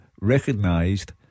recognised